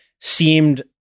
seemed